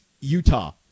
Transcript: Utah